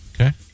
Okay